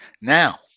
now